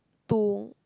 to